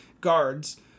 guards